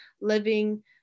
living